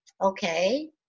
okay